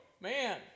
Man